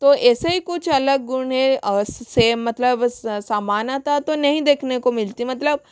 तो ऐसे ही कुछ अलग गुण हैं और सेम मतलब समानता तो नहीं देखने को मिलती मतलब